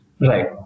Right